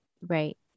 right